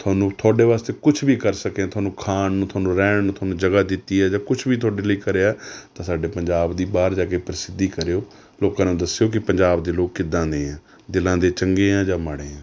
ਤੁਹਾਨੂੰ ਤੁਹਾਡੇ ਵਾਸਤੇ ਕੁਛ ਵੀ ਕਰ ਸਕੇ ਹਾਂ ਤੁਹਾਨੂੰ ਖਾਣ ਨੂੰ ਤੁਹਾਨੂੰ ਰਹਿਣ ਨੂੰ ਤੁਹਾਨੂੰ ਜਗ੍ਹਾ ਦਿੱਤੀ ਹੈ ਜਾਂ ਕੁਛ ਵੀ ਤੁਹਾਡੇ ਲਈ ਕਰਿਆ ਤਾਂ ਸਾਡੇ ਪੰਜਾਬ ਦੀ ਬਾਹਰ ਜਾ ਕੇ ਪ੍ਰਸਿੱਧੀ ਕਰਿਉ ਲੋਕਾਂ ਨੂੰ ਦੱਸਿਉ ਕਿ ਪੰਜਾਬ ਦੇ ਲੋਕ ਕਿੱਦਾਂ ਦੇ ਹੈ ਦਿਲਾਂ ਦੇ ਚੰਗੇ ਹੈ ਜਾਂ ਮਾੜੇ ਹੈ